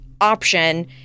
option